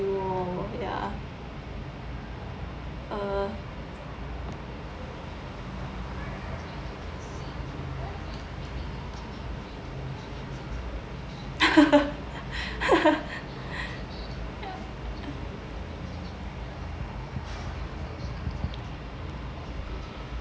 oh ya uh